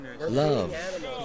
love